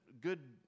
good